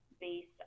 based